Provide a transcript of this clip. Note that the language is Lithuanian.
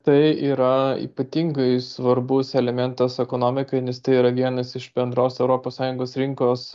tai yra ypatingai svarbus elementas ekonomikai nes tai yra vienas iš bendros europos sąjungos rinkos